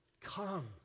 come